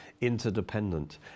interdependent